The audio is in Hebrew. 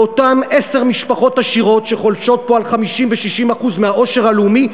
באותן עשר משפחות עשירות שחולשות פה על 50% ו-60% מהעושר הלאומי,